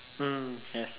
mm have